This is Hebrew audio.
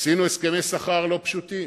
עשינו הסכמי שכר לא פשוטים